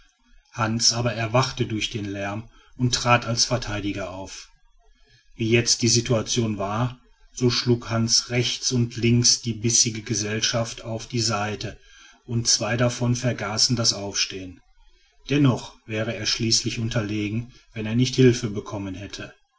hans aber erwachte durch den lärm und trat als verteidiger auf wie jetzt die situation war so schlug hans rechts und links die bissige gesellschaft auf die seite und zwei davon vergaßen das aufstehen dennoch wäre er schließlich unterlegen wenn er nicht hilfe bekommen hätte